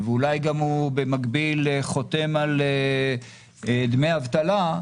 ואולי הוא במקביל חותם על דמי אבטלה,